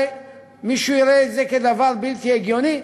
מישהו יראה את זה כדבר בלתי הגיוני,